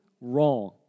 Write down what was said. wrong